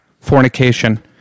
fornication